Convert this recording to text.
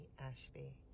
Ashby